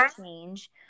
change